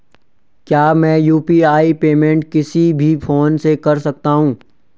क्या मैं UPI payment किसी भी फोन से कर सकता हूँ?